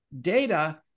data